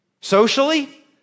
Socially